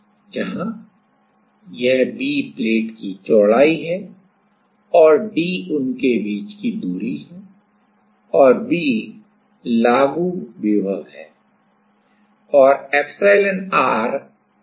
जहां यह b plate की चौड़ाई है और d उनके बीच की दूरी है और V लागू विभव है और एप्सिलॉन्r पारगम्यता है